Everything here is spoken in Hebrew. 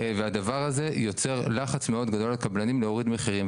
והדבר הזה יוצר לחץ מאוד גדול לקבלנים להוריד מחירים,